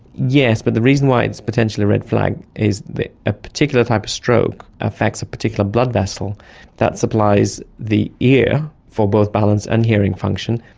yes, but the reason why it's potentially a red flag is a particular type of stroke affects a particular blood vessel that supplies the ear for both balance and hearing function,